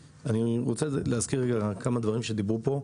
אני רוצה להזכיר כמה דברים שדיברו עליהם פה.